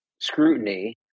scrutiny